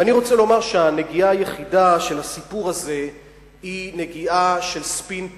ואני רוצה לומר שהנגיעה היחידה של הסיפור הזה היא נגיעה של ספין פוליטי.